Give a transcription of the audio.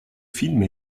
films